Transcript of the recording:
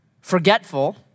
forgetful